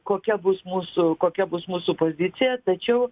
kokia bus mūsų kokia bus mūsų pozicija tačiau